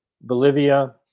Bolivia